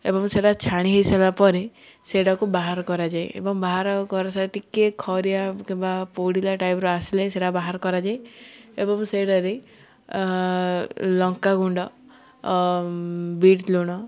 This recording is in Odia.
ଏବଂ ସେଟା ଛାଣି ହେଇସାରିଲା ପରେ ସେଇଟାକୁ ବାହାର କରାଯାଏ ଏବଂ ବାହାର କର ସାର ଟିକିଏ ଖଇରିଆ କିମ୍ବା ପୋଡ଼ିଲା ଟାଇପ୍ର ଆସିଲେ ସେଟା ବାହାର କରାଯାଏ ଏବଂ ସେଇଟାରେ ଲଙ୍କା ଗୁଣ୍ଡ ବିଟ ଲୁଣ